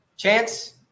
Chance